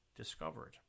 discovered